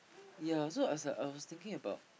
yea so I was like I was thinking about